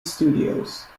studios